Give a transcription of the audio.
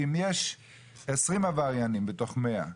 אם יש 20 עבריינים בתוך 100,